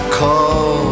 call